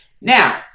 Now